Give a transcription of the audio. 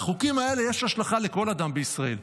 לחוקים האלה יש השלכה על כל אדם בישראל.